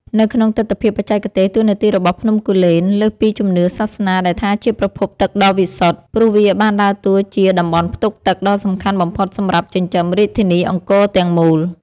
នៅក្នុងទិដ្ឋភាពបច្ចេកទេស តួនាទីរបស់ភ្នំគូលែនលើសពីជំនឿសាសនាដែលថាជាប្រភពទឹកដ៏វិសុទ្ធ ព្រោះវាបានដើរតួជា តំបន់ផ្ទុកទឹក ដ៏សំខាន់បំផុតសម្រាប់ចិញ្ចឹមរាជធានីអង្គរទាំងមូល។